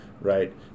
right